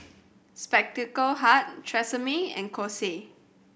Spectacle Hut Tresemme and Kose